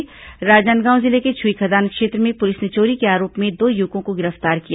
राजनादगांव जिले के छुईखदान क्षेत्र में पुलिस ने चोरी के आरोप में दो युवकों को गिरफ्तार किया है